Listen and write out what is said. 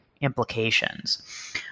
implications